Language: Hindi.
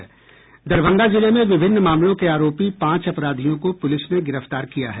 दरभंगा जिले में विभिन्न मामलों के आरोपी पांच अपराधियों को पुलिस ने गिरफ्तार किया है